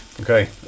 Okay